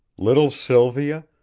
little sylvia,